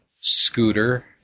scooter